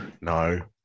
No